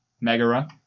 Megara